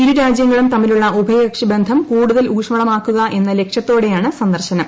ഇരു രാജ്യൂങ്ങളും തമ്മിലുള്ള ഉഭയകക്ഷി ബന്ധം കൂടുതൽ ഊഷ്മളമാക്കുക ് എന്ന ലക്ഷ്യത്തോടെയാണ് സന്ദർശനം